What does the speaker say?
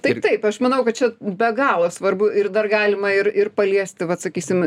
taip taip aš manau kad čia be galo svarbu ir dar galima ir ir paliesti vat sakysim